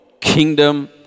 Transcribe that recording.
kingdom